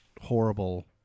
horrible